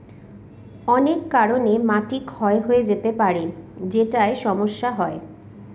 অনেক কারনে মাটি ক্ষয় হয়ে যেতে পারে যেটায় সমস্যা হয়